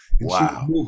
Wow